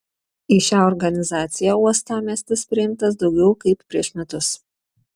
į šią organizaciją uostamiestis priimtas daugiau kaip prieš metus